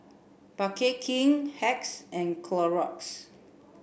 Bake King Hacks and Clorox